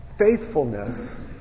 Faithfulness